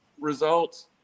results